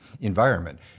environment